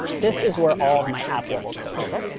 this is where all of my app level code is.